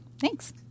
Thanks